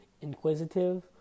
inquisitive